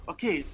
Okay